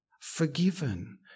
forgiven